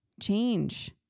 change